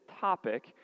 topic